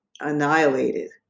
annihilated